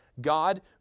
God